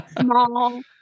small